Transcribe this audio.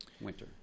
winter